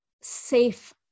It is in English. safe